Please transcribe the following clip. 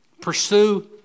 Pursue